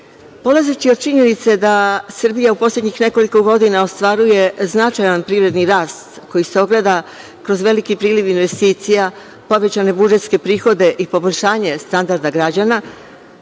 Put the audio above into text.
polazeći od činjenice da Srbija u poslednjih nekoliko godina ostvaruje značajan privredni rast koji se ogleda kroz veliki prilivi investicija, povećane budžetske prihode i poboljšanje standarda građana,